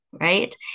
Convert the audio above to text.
Right